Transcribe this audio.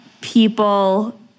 people